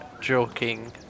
joking